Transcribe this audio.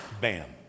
bam